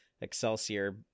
excelsior